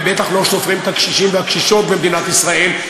ובטח לא סופרים את הקשישים והקשישות במדינת ישראל.